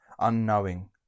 unknowing